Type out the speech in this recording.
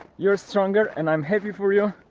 you're stronger and i'm happy for you!